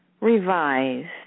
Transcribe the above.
revised